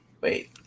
wait